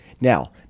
Now